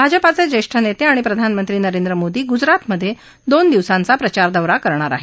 भाजपाचे ज्येष्ठ नेते आणि प्रधानमंत्री नरेंद्र मोदी गुजरातमधे दोन दिवसांचा प्रचारदौरा करणार आहेत